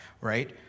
right